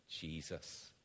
Jesus